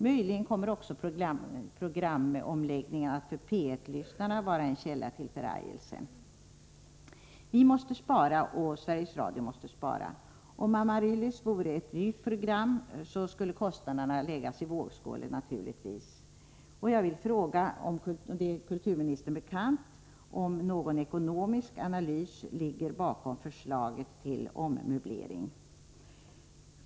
Möjligen kommer programomläggningen också för P 1:s lyssnare att vara en källa till förargelse. Sverige måste spara — och Sveriges Radio måste spara. Om Opp Amaryllis vore ett dyrt program, skulle naturligtvis kostnaderna läggas i vågskålen. Jag vill fråga om det är kulturministern bekant om någon ekonomisk analys ligger bakom förslaget till ommöbleringar.